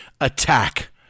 attack